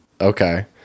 Okay